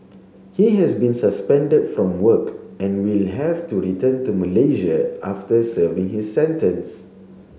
he has been suspended from work and will have to return to Malaysia after serving his sentence